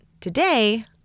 today